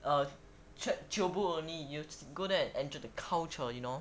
a chio bu only you need to go there enjoy the culture you know